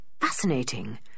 fascinating